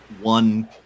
one